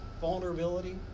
vulnerability